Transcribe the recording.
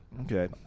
Okay